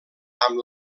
amb